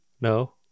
No